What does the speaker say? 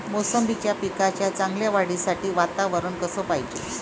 मोसंबीच्या पिकाच्या चांगल्या वाढीसाठी वातावरन कस पायजे?